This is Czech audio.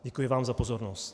Děkuji vám za pozornost.